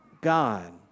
God